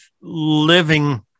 living